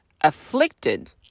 afflicted